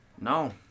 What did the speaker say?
No